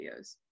videos